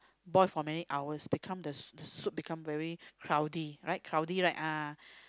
boil for many hours become the soup become very cloudy right cloudy right ah